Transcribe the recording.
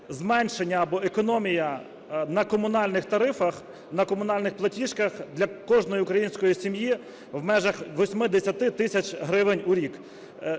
зменшення або економія на комунальних тарифах, на комунальних платіжках для кожної української сім'ї в межах 8-10 тисяч гривень у рік.